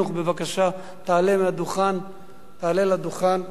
בבקשה תעלה לדוכן להשיב.